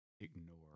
ignore